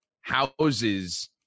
houses